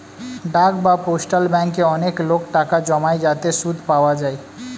ডাক বা পোস্টাল ব্যাঙ্কে অনেক লোক টাকা জমায় যাতে সুদ পাওয়া যায়